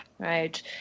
right